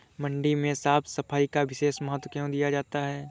मंडी में साफ सफाई का विशेष महत्व क्यो दिया जाता है?